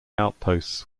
outposts